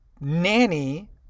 nanny